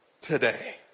today